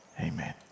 Amen